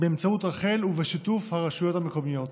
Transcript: באמצעות רח"ל ובשיתוף הרשויות המקומיות.